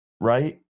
Right